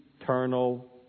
eternal